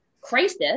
crisis